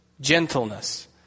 gentleness